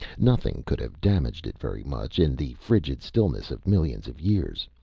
nothing could have damaged it very much, in the frigid stillness of millions of years.